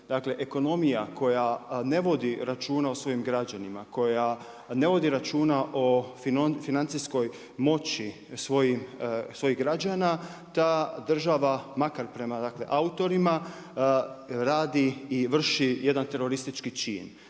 Dakle, ekonomija koja ne vodi račune o svojim građanima, koja ne vodi računa o financijskoj moći svojih građana, ta država, makar prema dakle, autorima, radi i vrši jedan teroristički čin.